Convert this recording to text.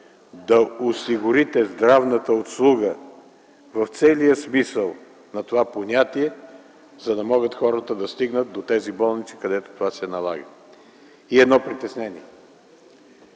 да осигурите здравната услуга в целия смисъл на това понятие, за да могат хората да стигнат до тези болници, където това се налага. И едно притеснение.